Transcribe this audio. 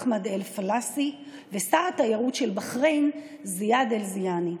אחמד אל-פלאסי ושר התיירות של בחריין זיאד אל-זיאני.